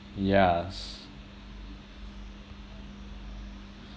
yeah